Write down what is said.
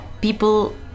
people